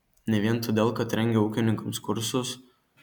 ne vien todėl kad rengia ūkininkams kursus